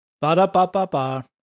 Ba-da-ba-ba-ba